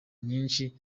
nyinshi